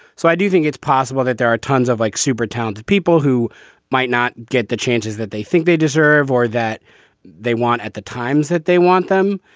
so i do think it's possible that there are tons of like super talented people who might not get the changes that they think they deserve or that they want. at the times that they want them.